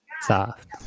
Soft